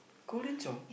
Korean song